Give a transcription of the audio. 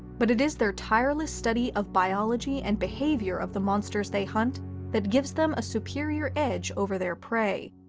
but it is their tireless study of biology and behaviour of the monsters they hunt that gives them a superior edge over their prey.